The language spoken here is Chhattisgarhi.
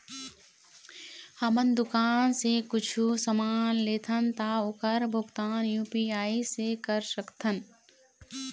हमन दुकान से कुछू समान लेथन ता ओकर भुगतान यू.पी.आई से कर सकथन?